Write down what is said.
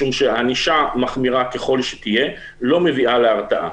שענישה מחמירה ככל שתהיה לא מביאה להרתעה.